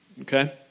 Okay